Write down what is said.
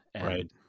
Right